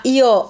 io